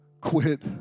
quit